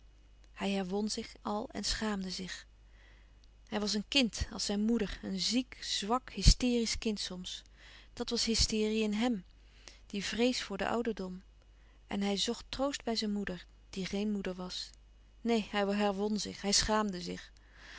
hij herwon zich al en schaamde zich hij was een kind als zijn moeder een ziek zwak hysteriesch kind soms dat was hysterie in hèm die vrees voor den ouderdom en hij zocht troost bij zijn moeder die geen moeder was neen hij herwon zich hij schaamde zich